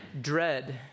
Dread